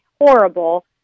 horrible